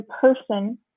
person